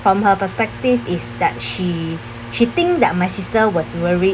from her perspective is that she she think that my sister was worried